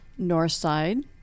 Northside